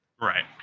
Right